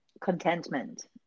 contentment